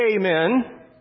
Amen